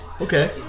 Okay